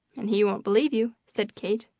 and he won't believe you, said kate.